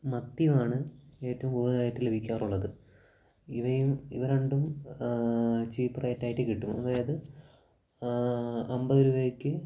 മത്തിയുമാണ് ഏറ്റവും കൂടുതലായിട്ട് ലഭിക്കാറുള്ളത് ഇവയും ഇവ രണ്ടും ചീപ്പ് റേറ്റ് ആയിട്ട് കിട്ടും അതായത് അമ്പത് രൂപയ്ക്ക്